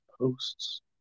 posts